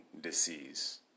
disease